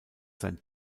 sein